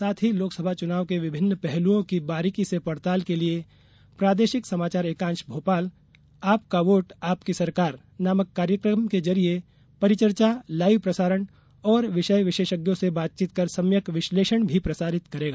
साथ ही लोकसभा चुनाव के विभिन्न पहलुओं की बारीकी से पड़ताल के लिये प्रादेशिक समाचार एकांश भोपाल आपका वोट आपकी सरकार नामक कार्यक्रम के जरिए परिचर्चा लाइव प्रसारण और विषय विशेषज्ञों से बातचीत कर सम्यक विश्लेषण भी प्रसारित करेगा